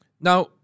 Now